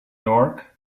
york